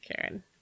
Karen